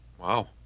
Wow